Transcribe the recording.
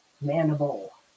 mandible